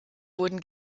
wurden